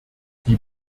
die